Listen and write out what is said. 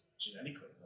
genetically